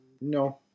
No